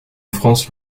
france